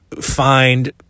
find